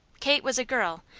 kate was a girl,